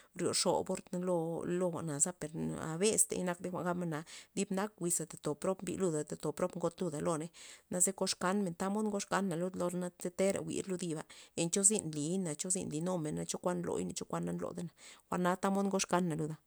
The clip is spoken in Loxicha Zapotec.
Nryo xobor lo- lo jwa'naza per na bestey nakta jwa'n gabmen na dib nak wiza ndotob prob mbi luda ndotob prob ngot luda loney, naze kox kanmen tamod ngox kaney luda lo or ze tera jwi'e lo yiba' len cho zyn nli'y na cho zyn nly numena cho kuan ndloy chokuan na nlodana jwa'na tamod ngox kuana luda.